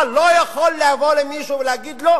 אתה לא יכול לבוא למישהו ולהגיד לו: